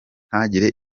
ntagire